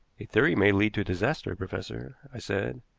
a theory may lead to disaster, professor, i said.